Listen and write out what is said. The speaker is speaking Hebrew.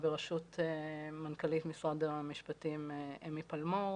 בראשות מנכ"לית משרד המשפטים אמי פלמור.